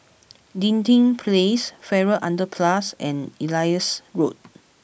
Dinding Place Farrer Underpass and Elias Road